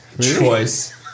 choice